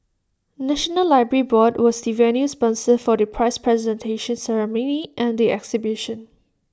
National Library board was the venue sponsor for the prize presentation ceremony and the exhibition